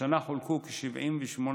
השנה חולקו כ-78,000